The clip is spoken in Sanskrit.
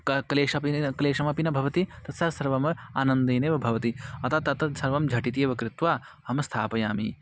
कः क्लेशः अपि न न क्लेशः अपि न भवति तस्य सर्वम् आनन्देनैव भवति अतः तत्तद् सर्वं झटिति एव कृत्वा अहं स्थापयामि